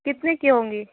کتنے کی ہوں گی